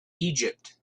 egypt